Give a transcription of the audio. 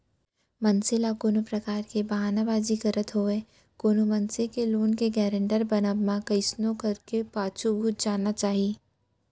मनसे ल कोनो परकार के बहाना बाजी करत होय कोनो मनसे के लोन के गारेंटर बनब म कइसनो करके पाछू घुंच जाना चाही